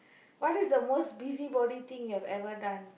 what is the most busybody thing you have ever done